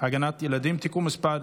(הגנת ילדים) (תיקון מס'